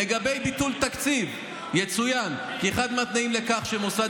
לגבי ביטול תקציב יצוין כי אחד מהתנאים לכך שמוסד